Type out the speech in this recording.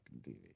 TV